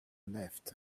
left